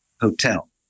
Hotel